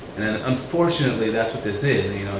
unfortunately that's what this is,